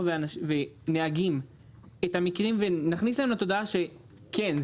ונהגים את המקרים ונכניס להם לתודעה שכן,